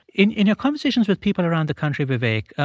in in your conversations with people around the country, vivek,